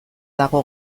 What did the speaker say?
dago